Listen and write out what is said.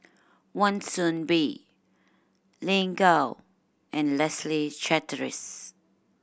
Wan Soon Bee Lin Gao and Leslie Charteris